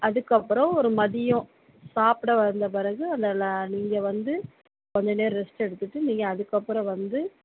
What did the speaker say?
அதுக்கப்புறம் ஒரு மதியம் சாப்பிட வந்த பிறகு அதெலாம் நீங்கள் வந்து கொஞ்சம் நேரம் ரெஸ்ட் எடுத்துட்டு நீங்கள் அதுக்கப்புறம் வந்து